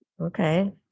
okay